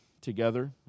together